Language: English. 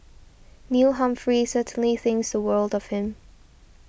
Neil Humphrey certainly thinks the world of him